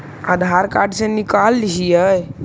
आधार card से निकाल हिऐ?